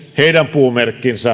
puumerkki